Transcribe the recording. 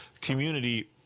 community